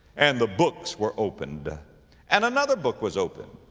and the books were opened and another book was opened,